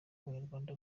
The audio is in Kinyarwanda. abanyarwanda